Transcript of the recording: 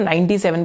97%